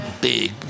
big